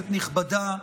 נכבדה,